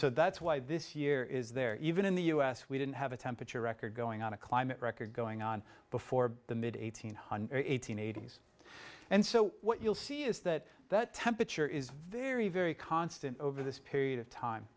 so that's why this year is there even in the u s we didn't have a temperature record going on a climate record going on before the mid eighteen hundred eight hundred eighty s and so what you'll see is that that temperature is very very constant over this period of time